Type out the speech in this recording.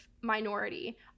minority